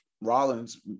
Rollins